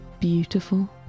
Beautiful